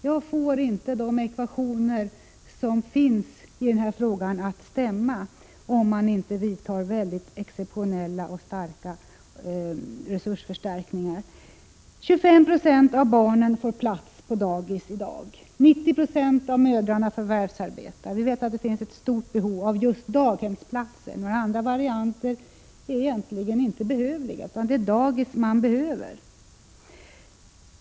Jag får inte ekvationerna i denna fråga att stämma, om man inte vidtar exceptionella resursförstärkningar. 25 90 av barnen får plats på dagis i dag. 90 26 av mödrarna förvärvsarbetar. Vi vet att det finns ett stort behov av just daghemsplatser. Några andra varianter är egentligen inte behövliga; det är dagis man behöver.